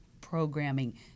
programming